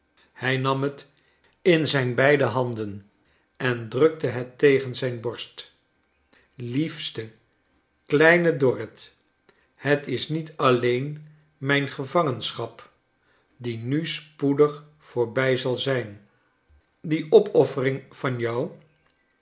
hij nam het in zijn beide handen en drukte het tegen zijn borst liefste kleine dorrit het is niet alleen mijn gevangenschap die nu spoedig voorbij zal zijn die opoffering van jou